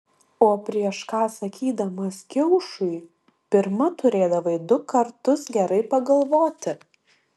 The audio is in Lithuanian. o prieš ką sakydamas kiaušui pirma turėdavai du kartus gerai pagalvoti